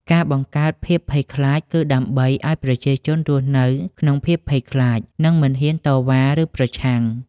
ការបង្កើតភាពភ័យខ្លាចគឺដើម្បីឱ្យប្រជាជនរស់នៅក្នុងភាពភ័យខ្លាច និងមិនហ៊ានតវ៉ា ឬប្រឆាំង។